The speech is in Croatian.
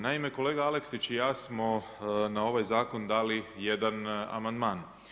Naime, kolega Aleksić i ja smo na ovaj zakon dali jedan amandman.